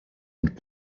and